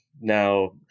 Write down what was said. now